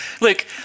look